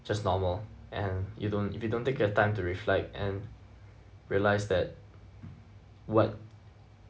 just normal and you don't if you don't take your time to reflect and realise that what